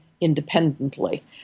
independently